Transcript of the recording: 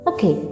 Okay